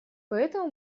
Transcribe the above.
поэтому